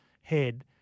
head